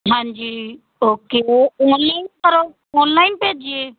ਹਾਂਜੀ okay online ਘਰ online ਭੇਜੀਏ